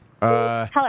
Hello